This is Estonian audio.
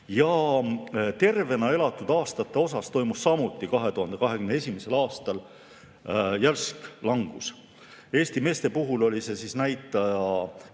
Tervena elatud aastate puhul toimus samuti 2021. aastal järsk langus. Eesti meeste puhul oli see näitaja